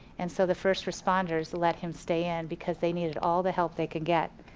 and so the first responders let him stay in because they needed all the help they can get.